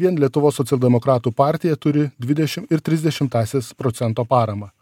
vien lietuvos socialdemokratų partija turi dvidešim ir tris dešimtąsias procento paramą